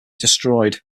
destroyed